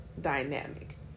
dynamic